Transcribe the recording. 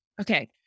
okay